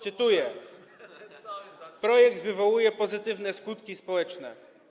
Cytuję: Projekt wywołuje pozytywne skutki społeczne.